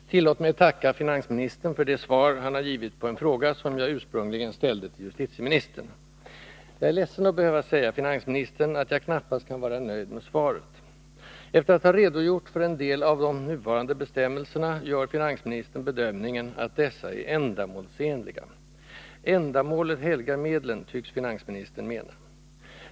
Herr talman! Tillåt mig att tacka finansministern för det svar han givit på en fråga som jag ursprungligen ställde till justitieministern. Jag är ledsen att behöva säga finansministern att jag knappast kan vara nöjd med svaret. Efter att ha redogjort för en del av de nuvarande bestämmelserna, gör finansministern bedömningen att dessa är ”ändamålsenliga”. Ändamålet helgar medlen, tycks finansministern mena.